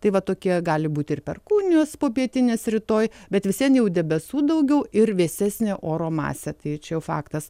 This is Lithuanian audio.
tai va tokie gali būti ir perkūnijos popietinės rytoj bet visvien jau debesų daugiau ir vėsesnė oro masė tai čia jau faktas